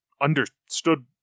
understood